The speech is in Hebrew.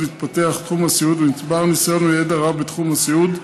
התפתח תחום הסיעוד ונצברו ניסיון וידע רב בתחום הסיעוד,